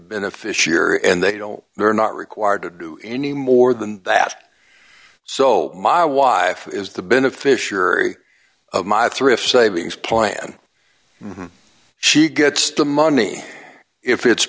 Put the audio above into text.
year and they don't they're not required to do any more than that so my wife is the beneficiary of my thrift savings plan and she gets the money if it's